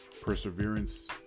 Perseverance